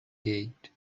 gate